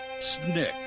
Snick